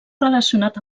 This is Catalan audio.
relacionat